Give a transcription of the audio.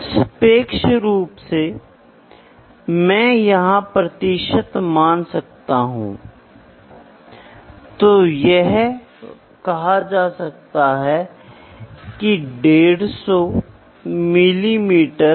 तो माप अगर यह ठीक से किया जाता है तो हम क्या करते हैं हम तंग सहनशीलता पर काम करने की कोशिश करेंगे